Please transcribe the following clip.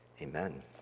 Amen